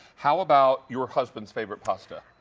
how about your husband's favorite pasta?